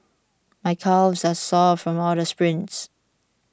my calves are sore from all the sprints